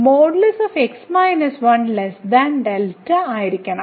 ആയിരിക്കണം